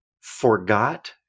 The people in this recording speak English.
forgot